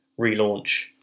relaunch